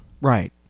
Right